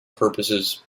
purposes